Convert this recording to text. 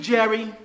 Jerry